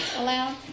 aloud